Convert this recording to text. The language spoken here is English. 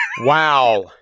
Wow